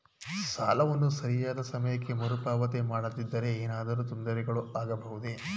ಸಾಲವನ್ನು ಸರಿಯಾದ ಸಮಯಕ್ಕೆ ಮರುಪಾವತಿ ಮಾಡದಿದ್ದರೆ ಏನಾದರೂ ತೊಂದರೆಗಳು ಆಗಬಹುದೇ?